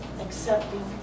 accepting